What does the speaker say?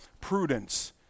prudence